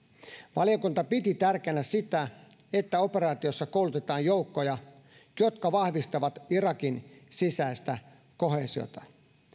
valiokunta piti tärkeänä sitä että operaatiossa koulutetaan joukkoja jotka vahvistavat irakin sisäistä koheesiota